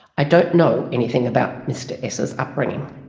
i don't know anything about mr essa's upbringing.